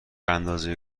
اندازه